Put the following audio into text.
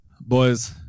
Boys